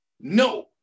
No